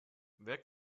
wer